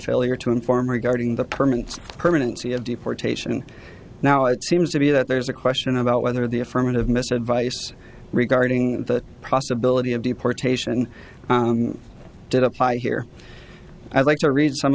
failure to inform regarding the permanence of permanency of deportation now it seems to me that there's a question about whether the affirmative miss advice regarding the possibility of deportation did apply here i'd like to